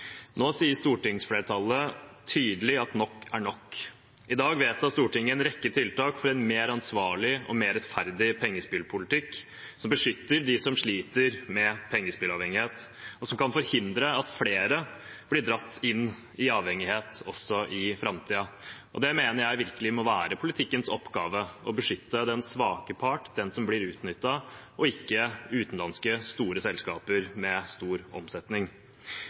Nå sier stortingsflertallet tydelig at nok er nok. I dag vedtar Stortinget en rekke tiltak for en mer ansvarlig og mer rettferdig pengespillpolitikk, som beskytter dem som sliter med pengespillavhengighet, og som kan forhindre at flere blir dratt inn i avhengighet også i framtiden. Det mener jeg virkelig må være politikkens oppgave: å beskytte den svake part, den som blir utnyttet, og ikke utenlandske store selskaper med stor omsetning.